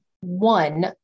one